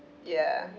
ya